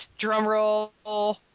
drumroll